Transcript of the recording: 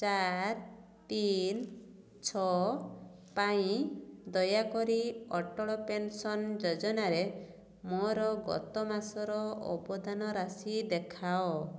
ଚାରି ତିନି ଛଅ ପାଇଁ ଦୟାକରି ଅଟଳ ପେନସନ୍ ଯୋଜନାରେ ମୋର ଗତ ମାସର ଅବଦାନ ରାଶି ଦେଖାଅ